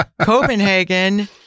Copenhagen